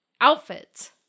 outfits